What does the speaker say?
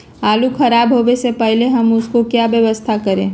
आलू खराब होने से पहले हम उसको क्या व्यवस्था करें?